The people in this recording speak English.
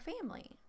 family